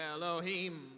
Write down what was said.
Elohim